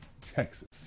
Texas